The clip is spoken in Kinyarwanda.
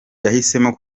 yahisemo